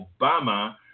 Obama